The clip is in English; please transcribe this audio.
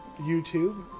YouTube